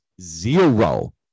zero